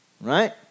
Right